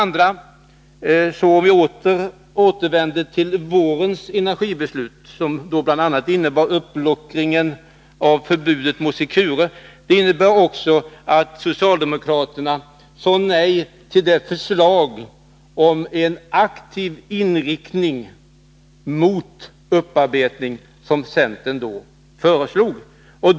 Om vi går tillbaka till vårens energibeslut, som bl.a. innebar uppluckring av förbudet mot Secure, finner vi att beslutet också innebar ett socialdemokratiskt nej till det förslag om aktiv inriktning mot upparbetning som centern lade fram.